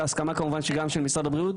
בהסכמה כמובן גם של משרד הבריאות,